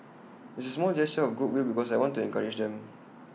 it's A small gesture of goodwill because I want to encourage them